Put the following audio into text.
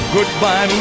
Goodbye